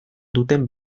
duten